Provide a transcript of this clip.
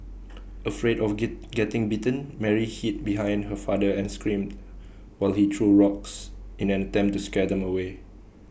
afraid of get getting bitten Mary hid behind her father and screamed while he threw rocks in an attempt to scare them away